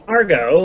Argo